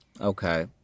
Okay